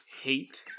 hate